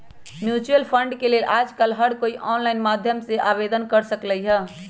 mutual fund के लेल आजकल हर कोई ऑनलाईन माध्यम से आवेदन कर सकलई ह